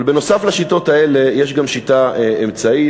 אבל נוסף על השיטות האלה יש גם שיטה אמצעית,